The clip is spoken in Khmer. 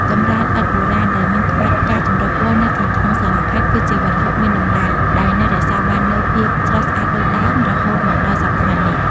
កម្រាលឥដ្ឋបុរាណដែលមានក្បាច់ផ្កាចម្រុះពណ៌នៅខាងក្នុងសាលាខេត្ត គឺជាវត្ថុមានតម្លៃដែលនៅរក្សាបាននូវភាពស្រស់ស្អាតដូចដើម រហូតមកដល់សព្វថ្ងៃនេះ។